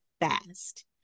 fast